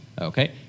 Okay